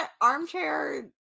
armchair